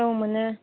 औ मोनो